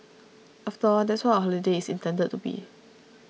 after all that's what a holiday is intended to be